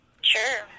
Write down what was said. Sure